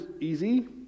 easy